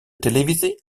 televisie